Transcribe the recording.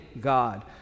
God